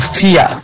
fear